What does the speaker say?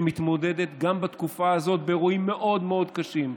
שמתמודדת גם בתקופה הזאת עם אירועים מאוד מאוד קשים.